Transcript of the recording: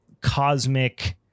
cosmic